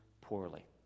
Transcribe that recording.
poorly